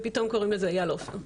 ופתאום קוראים לזה אייל עופר.